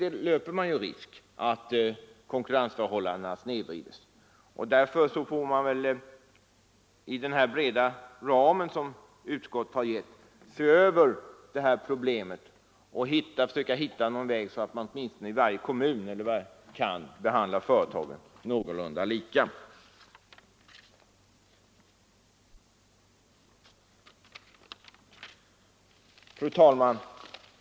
Då löper man nämligen risk att konkurrensförhållandena snedvrids. Därför får vi väl inom den breda ram som utskottet har dragit upp se över det problemet och försöka hitta en metod med vilken alla företag i samma kommun kan behandlas någorlunda lika. Fru talman!